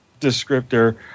descriptor